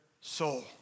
soul